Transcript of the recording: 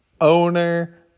owner